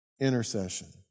intercession